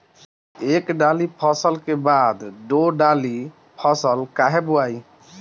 एक दाली फसल के बाद दो डाली फसल काहे बोई?